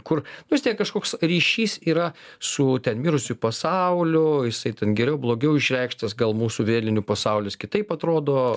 kur vis tiek kažkoks ryšys yra su ten mirusiųjų pasauliu jisai ten geriau blogiau išreikštas gal mūsų vėlinių pasaulis kitaip atrodo